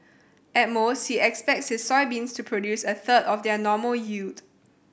at most he expects his soybeans to produce a third of their normal